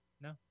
No